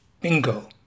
Bingo